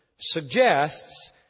suggests